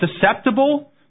susceptible